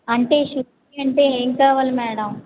అంటే షూరిటీ అంటే ఏం కావాలి మ్యాడమ్